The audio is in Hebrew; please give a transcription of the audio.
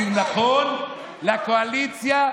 כי הוא נכון לקואליציה.